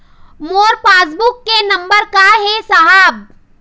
मोर passbook के number का ही साहब?